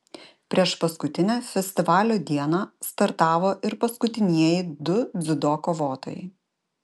priešpaskutinę festivalio dieną startavo ir paskutinieji du dziudo kovotojai